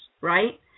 right